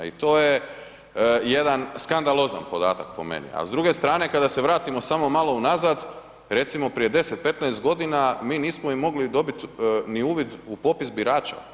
I to je jedan skandalozan podatak po meni, a s druge strane kada se vratimo samo malo unazad, recimo prije 10, 15 godina mi nismo ni mogli dobiti ni uvid u popis birača.